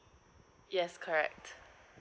yes correct